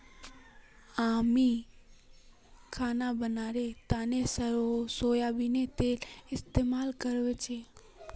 हामी खाना बनव्वार तने सोयाबीनेर तेल इस्तेमाल करछी